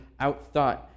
outthought